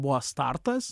buvo startas